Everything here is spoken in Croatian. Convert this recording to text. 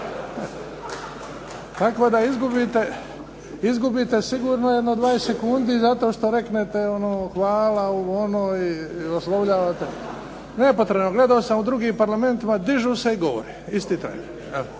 Tako da izgubite sigurno jedno 20 sekundi zato što reknete hvala, ovo, ono i oslovljavate. Nepotrebno. Gledao sam u drugim parlamentima dižu se i govore isti tren.